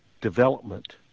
development